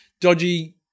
dodgy